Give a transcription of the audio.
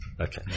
okay